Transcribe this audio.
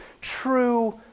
true